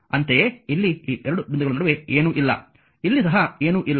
ಅಂತೆಯೇ ಇಲ್ಲಿ ಈ ಎರಡು ಬಿಂದುಗಳ ನಡುವೆ ಏನೂ ಇಲ್ಲ ಇಲ್ಲಿ ಸಹ ಏನೂ ಇಲ್ಲ